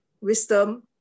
wisdom